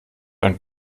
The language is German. ein